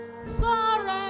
Sorry